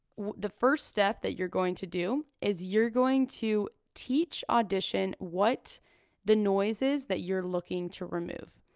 the first step that you're going to do is you're going to teach audition what the noise is that you're looking to remove.